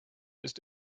ist